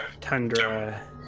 Tundra